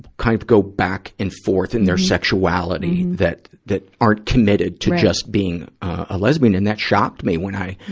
kind of go back and forth in their sexuality, that, that aren't committed to just being, ah, a lesbian. and that shocked me when i,